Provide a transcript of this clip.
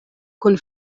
kun